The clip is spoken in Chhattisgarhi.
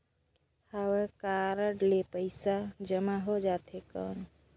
हव कारड ले पइसा जमा हो जाथे कौन?